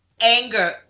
anger